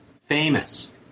famous